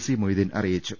C Moideen അറിയിച്ചു